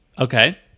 Okay